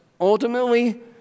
ultimately